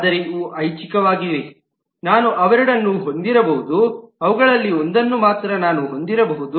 ಆದರೆ ಇವು ಐಚ್ಛಿಕವಾಗಿವೆ ನಾನು ಅವೆರಡನ್ನೂ ಹೊಂದಿರಬಹುದು ಅವುಗಳಲ್ಲಿ ಒಂದನ್ನು ಮಾತ್ರ ನಾನು ಹೊಂದಿರಬಹುದು